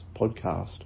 podcast